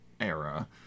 era